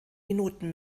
minuten